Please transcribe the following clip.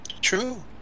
True